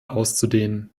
auszudehnen